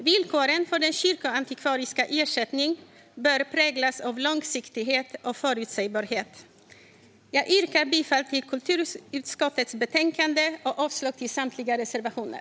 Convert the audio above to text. Villkoren för den kyrkoantikvariska ersättningen bör präglas av långsiktighet och förutsägbarhet. Jag yrkar bifall till förslaget i kulturutskottets betänkande och avslag på samtliga reservationer.